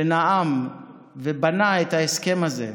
שנאם ובנה את ההסכם הזה.